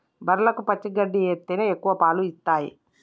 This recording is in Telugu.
బర్లకు పచ్చి గడ్డి ఎత్తేనే ఎక్కువ పాలు ఇత్తయ్